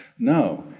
no,